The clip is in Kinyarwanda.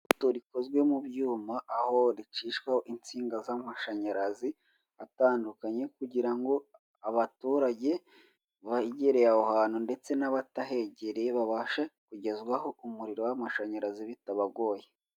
Ipoto rikozwe mu byuma aho ricishwa insinga z'amashanyarazi atandukanye kugira ngo abaturage begereye aho hantu ndetse n'abatahegereye babashe kugezwaho umuriro w'amashanyarazi bitabagoye.